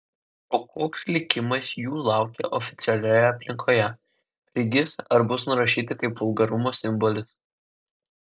o koks likimas jų laukia oficialioje aplinkoje prigis ar bus nurašyti kaip vulgarumo simbolis